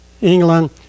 England